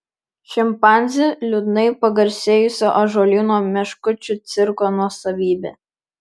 šimpanzė liūdnai pagarsėjusio ąžuolyno meškučių cirko nuosavybė